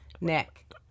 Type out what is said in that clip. Nick